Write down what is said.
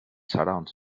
surrounds